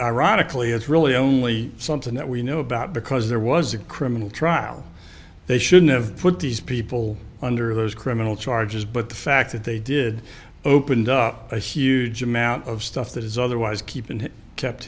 ironically it's really only something that we know about because there was a criminal trial they shouldn't have put these people under those criminal charges but the fact that they did opened up a huge amount of stuff that is otherwise keep and kept